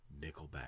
Nickelback